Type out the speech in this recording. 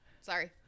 sorry